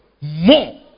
More